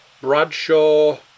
Bradshaw